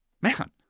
Man